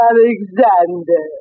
Alexander